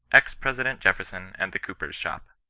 ex-president jeffer son and the cooper's shop